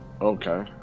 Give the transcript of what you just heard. Okay